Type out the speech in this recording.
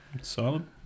solid